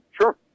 Sure